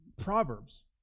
Proverbs